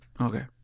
Okay